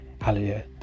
Hallelujah